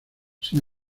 sin